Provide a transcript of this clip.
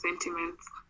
sentiments